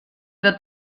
wird